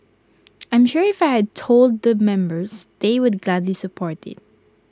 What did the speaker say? I'm sure if I had told the members they would gladly support IT